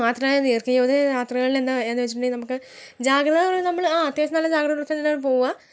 മാത്രമല്ല ദീർഘദൂര യാത്രകളിൽ എന്താണെന്ന് വെച്ചിട്ടുണ്ടെങ്കിൽ നമുക്ക് ജാഗ്രത എന്ന് പറഞ്ഞാൽ അത്യാവശ്യം നല്ല ജാഗ്രതയോടെ തന്നെയങ്ങ് പോവുക